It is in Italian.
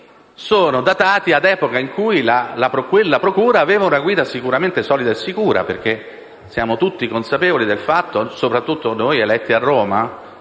è datata a un'epoca in cui quella procura aveva una guida sicuramente solida e sicura. Siamo tutti consapevoli del fatto, soprattutto noi eletti a Roma,